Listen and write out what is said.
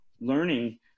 learning